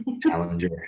challenger